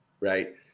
Right